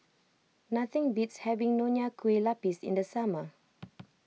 nothing beats having Nonya Kueh Lapis in the summer